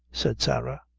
said sarah,